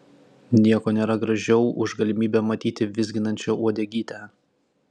nieko nėra gražiau už galimybę matyti vizginančią uodegytę